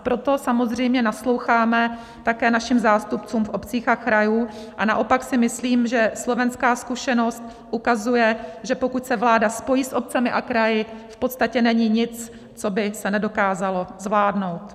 Proto samozřejmě nasloucháme také našim zástupcům v obcích a krajích, a naopak si myslím, že slovenská zkušenost ukazuje, že pokud se vláda spojí s obcemi a kraji, v podstatě není nic, co by se nedokázalo zvládnout.